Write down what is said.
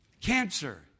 cancer